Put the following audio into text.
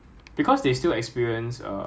like hmm those who